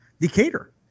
Decatur